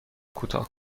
کوتاه